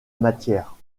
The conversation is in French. matière